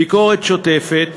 ביקורת שוטפת